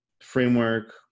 framework